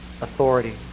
authority